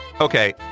Okay